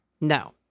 No